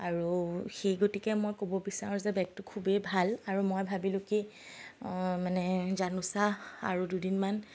আৰু সেই গতিকে মই ক'ব বিচাৰো যে বেগটো খুবেই ভাল আৰু মই ভাবিলো কি মানে জানোচা আৰু দুদিনমান